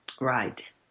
Right